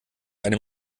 einem